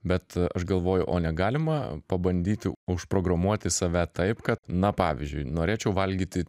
bet aš galvoju o negalima pabandyti užprogramuoti save taip kad na pavyzdžiui norėčiau valgyti